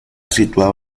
situado